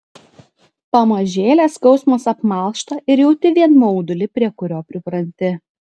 pamažėle skausmas apmalšta ir jauti vien maudulį prie kurio pripranti